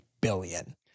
billion